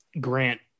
Grant